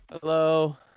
Hello